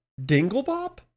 Dinglebop